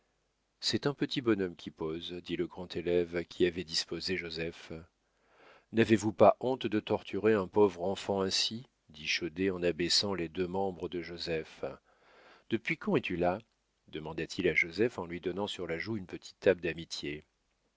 c'est un petit bonhomme qui pose dit le grand élève qui avait disposé joseph n'avez-vous pas honte de torturer un pauvre enfant ainsi dit chaudet en abaissant les deux membres de joseph depuis quand es-tu là demanda-t-il à joseph en lui donnant sur la joue une petite tape d'amitié